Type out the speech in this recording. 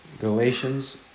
Galatians